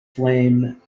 flame